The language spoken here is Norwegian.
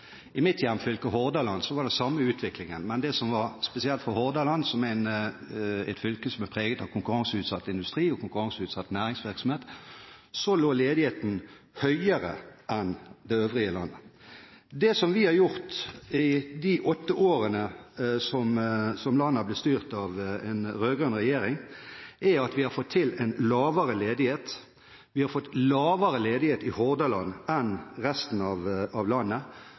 i mitt hjemfylke, Hordaland, men det som var spesielt for Hordaland – et fylke preget av konkurranseutsatt industri og konkurranseutsatt næringsvirksomhet – var at ledigheten lå høyere enn i landet for øvrig. Det vi har gjort i de åtte årene som landet har blitt styrt av en rød-grønn regjering, er at vi har fått til en lavere ledighet. Vi har en fått lavere ledighet i Hordaland enn i resten av landet, og dette har skjedd på tross av